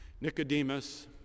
Nicodemus